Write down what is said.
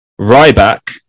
Ryback